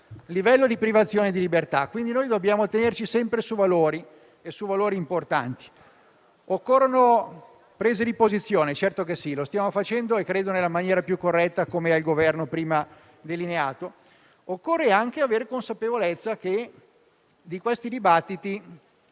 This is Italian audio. livello di privazione di libertà. Dobbiamo pertanto, tenerci sempre su valori importanti. Occorrono prese di posizione e credo lo stiamo facendo nella maniera più corretta, come il Governo prima ha delineato. Occorre anche avere consapevolezza che in questi dibattiti